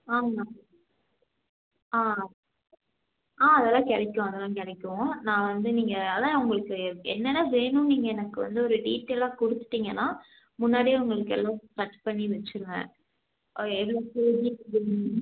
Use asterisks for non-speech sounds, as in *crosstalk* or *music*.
ஆ ma'am ஆ ஆ அதெல்லாம் கிடைக்கும் அதெல்லாம் கிடைக்கும் நான் வந்து நீங்கள் அதுதான் உங்களுக்கு என்னென்ன வேணுன்னு நீங்கள் எனக்கு வந்து ஒரு டீட்டெயிலாக கொடுத்துட்டிங்கன்னா முன்னாடியே உங்களுக்கு எல்லாம் கட் பண்ணி வெச்சுருவேன் எது *unintelligible*